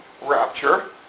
rapture